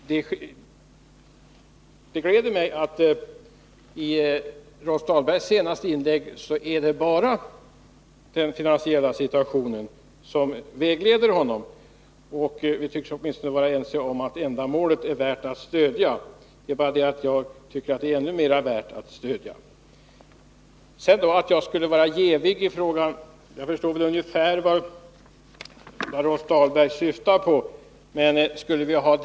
Det gläder mig att Rolf Dahlberg i sitt senaste inlägg deklarerade att det bara är den finansiella situationen som vägleder honom. Vi tycks åtminstone vara ense om att ändamålet är värt att stödja. Det är bara det att jag tycker att det är mera värt att stödja än vad Rolf Dahlberg gör. Jag förstår ungefär vad Rolf Dahlberg syftade på, när han sade att jag var ”jävig” i frågan.